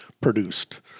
produced